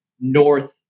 North